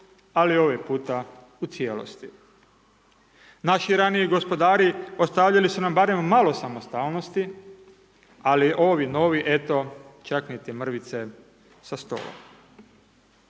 ali ovog puta u cijelosti. Naši raniji gospodari ostavljali su nam barem malo samostalnosti, ali ovi novi, eto, čak niti mrvice sa stola.